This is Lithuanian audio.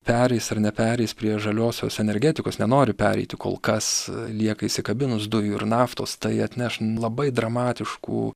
pereis ar nepereis prie žaliosios energetikos nenori pereiti kol kas lieka įsikabinus dujų ir naftos tai atneš labai dramatiškų